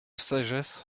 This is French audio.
sagesse